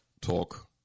Talk